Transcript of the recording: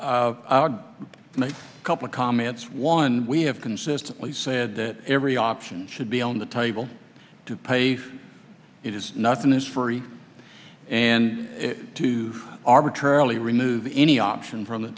in a couple of comments one we have consistently said that every option should be on the table to pay for it is nothing is free and to arbitrarily remove any option from the